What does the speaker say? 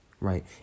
right